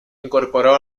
incorporó